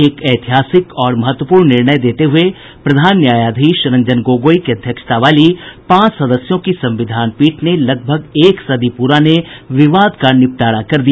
एक ऐतिहासिक और महत्वपूर्ण निर्णय देते हुए प्रधान न्यायाधीश रंजन गोगोई की अध्यक्षता वाली पांच सदस्यों की संविधान पीठ ने लगभग एक सदी पुराने विवाद का निपटारा कर दिया